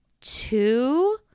two